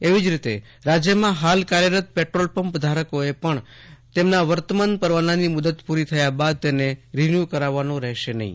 એવી જ રીતે રાજ્યમાં હાલ કાર્યરત પેટ્રોલ પંપ ધારકોએ પણ તેમના વર્તમાન પરવાનાની મુદ્દત પૂરી થયા બાદ તેને રિન્યુ કરવાનો રહેશે નહીં